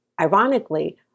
ironically